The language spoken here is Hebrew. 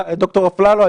ד"ר אפללו,